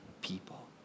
people